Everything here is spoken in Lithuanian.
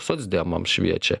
socdemam šviečia